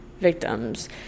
victims